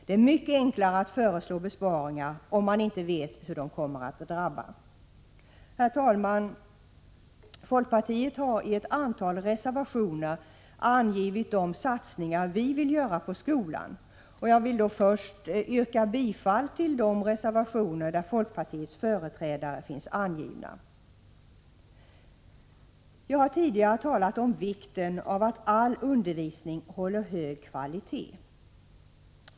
Det är mycket enklare att föreslå besparingar om man inte vet hur de kommer att drabba. Herr talman! Folkpartiet har i ett antal reservationer angivit de satsningar vi vill göra på skolan, och jag vill först yrka bifall till de reservationer där folkpartiets företrädare står upptagna. Jag har tidigare talat om vikten av att all undervisning håller hög kvalitet.